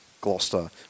Gloucester